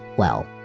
well,